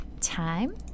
time